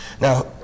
Now